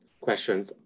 questions